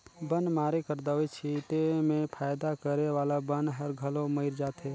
बन मारे कर दवई छीटे में फायदा करे वाला बन हर घलो मइर जाथे